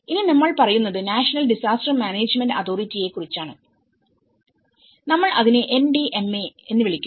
ഇനി നമ്മൾ പറയുന്നത് നാഷണൽ ഡിസാസ്റ്റർ മാനേജ്മെന്റ് അതോറിറ്റിയെ കുറിച്ചാണ് നമ്മൾ അതിനെ NDMA എന്ന് വിളിക്കുന്നു